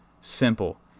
simple